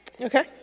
okay